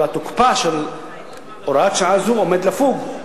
אולם תוקפה של הוראת שעה זו עומד לפוג,